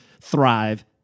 thrive